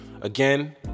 Again